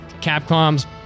Capcom's